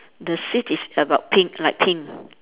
the seat is about pink light pink